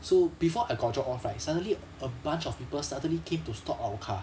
so before I got dropped off right suddenly a bunch of people suddenly came to stop our car